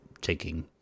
taking